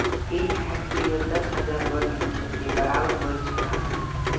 एक हेक्टेयर दस हजार वर्ग मीटर के बराबर होयत छला